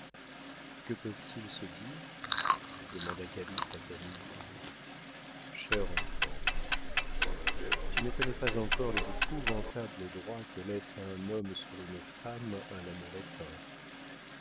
que peuvent-ils se dire demanda calyste à camille cher enfant tu ne connais pas encore les épouvantables droits que laisse à un homme sur une femme un amour éteint